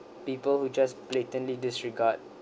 people who just blatantly disregard